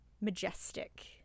majestic